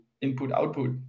input-output